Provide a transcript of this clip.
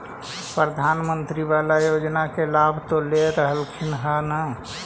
प्रधानमंत्री बाला योजना के लाभ तो ले रहल्खिन ह न?